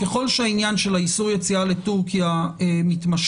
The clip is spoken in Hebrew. ככל שהעניין של איסור יציאה לטורקיה מתמשך